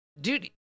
Dude